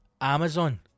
Amazon